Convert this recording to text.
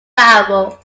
variable